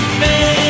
man